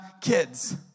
kids